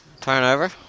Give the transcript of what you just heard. turnover